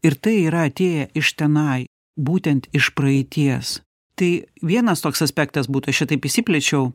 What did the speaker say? ir tai yra atėję iš tenai būtent iš praeities tai vienas toks aspektas būtų šitaip išsiplėčiau